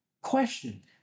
Question